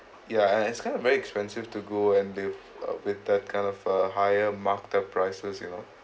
ya and and it's kind of very expensive to go and the uh with that kind of a higher markup prices you know